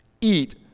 eat